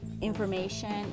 information